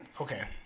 Okay